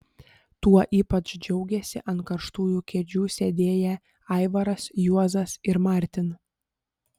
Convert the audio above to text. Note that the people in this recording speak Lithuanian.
tuo ypač džiaugėsi ant karštųjų kėdžių sėdėję aivaras juozas ir martin